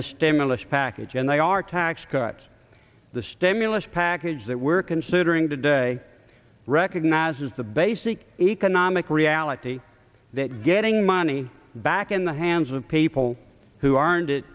the stimulus package and they are tax cuts the stimulus package that we're considering today recognizes the basic economic reality that getting money back in the hands of people who aren't it